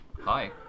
hi